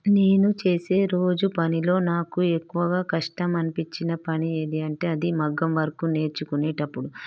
నేను చేసే రోజు పనిలో నాకు ఎక్కువగా కష్టం అనిపించిన పని ఏది అంటే అది మగ్గం వర్క్ నేర్చుకునేటప్పుడు